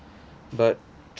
but